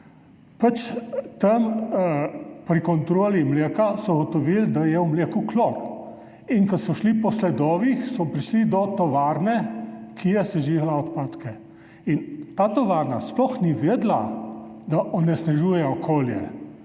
Pri kontroli mleka so ugotovili, da je v mleku klor, in ko so šli po sledovih, so prišli do tovarne, ki je sežigala odpadke. Ta tovarna sploh ni vedela, da onesnažuje okolje.